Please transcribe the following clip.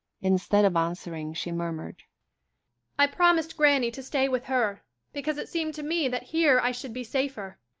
instead of answering she murmured i promised granny to stay with her because it seemed to me that here i should be safer.